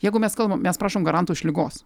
jeigu mes kalbam mes prašom garanto iš ligos